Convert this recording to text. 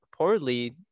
reportedly